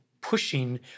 pushing